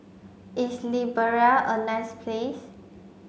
is Liberia a nice place